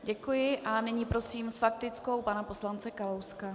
Děkuji a nyní prosím s faktickou pana poslance Kalouska.